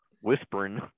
whispering